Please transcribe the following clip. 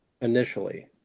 initially